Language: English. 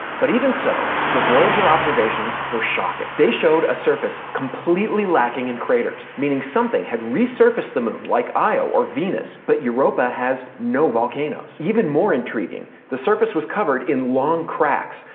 but even so, the voyager observations were shocking. they showed a surface completely completely lacking in craters, meaning something had resurfaced the moon like io or venus but europa has no volcanoes. even more intriguing, the surface was covered in long cracks,